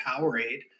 powerade